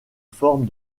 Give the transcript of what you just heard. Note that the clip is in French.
forme